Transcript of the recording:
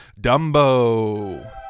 Dumbo